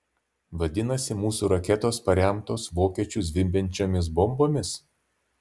vadinasi mūsų raketos paremtos vokiečių zvimbiančiomis bombomis